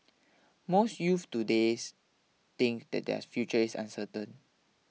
most youths today's think that their future is uncertain